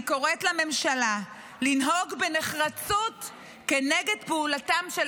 אני קוראת לממשלה לנהוג בנחרצות כנגד פעולתם של